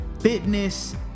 fitness